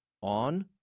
on